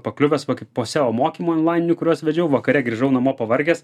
pakliuvęs kai po seo mokymo onlaininių kuriuos vedžiau vakare grįžau namo pavargęs